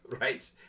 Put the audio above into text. right